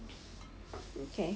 okay